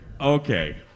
okay